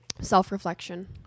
self-reflection